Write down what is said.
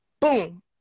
boom